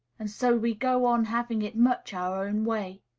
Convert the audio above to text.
and so we go on having it much our own way.